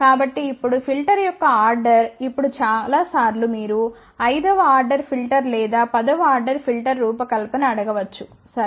కాబట్టి ఇప్పుడు ఫిల్టర్ యొక్క ఆర్డర్ ఇప్పుడు చాలా సార్లు మీరు 5 వ ఆర్డర్ ఫిల్టర్ లేదా 10 వ ఆర్డర్ ఫిల్టర్ రూపకల్పన అడగవచ్చు సరే